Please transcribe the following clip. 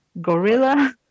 Gorilla